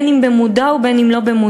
בין אם במודע ובין אם לא במודע,